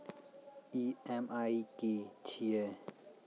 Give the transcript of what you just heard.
EMI की छिये?